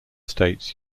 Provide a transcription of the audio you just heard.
states